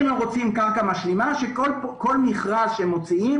אם רוצים קרקע משלימה, שכל מכרז שמוציאים